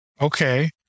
Okay